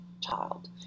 child